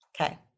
Okay